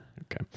Okay